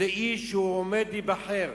לאיש שהוא עומד להיבחר,